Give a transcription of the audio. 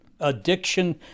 Addiction